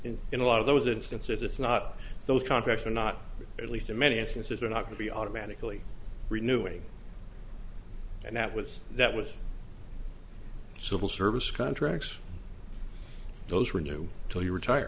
that in a lot of those instances it's not those contracts are not at least in many instances are not to be automatically renewing and that was that was civil service contracts those were new to you retire